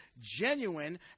genuine